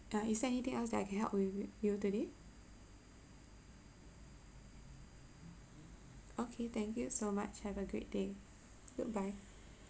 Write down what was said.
ya is there anything else that I can help with it you today okay thank you so much have a great day goodbye